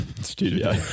Studio